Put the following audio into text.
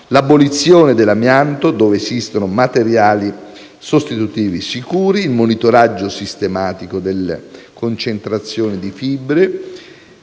l'abolizione dell'amianto, dove esistano materiali sostitutivi "sicuri"; il monitoraggio sistematico delle concentrazioni di fibre